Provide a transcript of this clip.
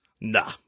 Nah